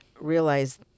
realize